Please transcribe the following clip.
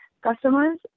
customers